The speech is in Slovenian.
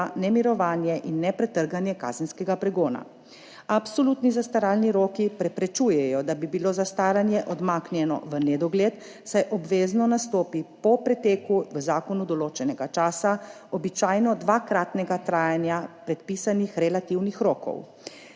ne mirovanje in ne pretrganje kazenskega pregona. Absolutni zastaralni roki preprečujejo, da bi bilo zastaranje odmaknjeno v nedogled, saj obvezno nastopi po preteku v zakonu določenega časa, običajno dvakratnega trajanja predpisanih relativnih rokov.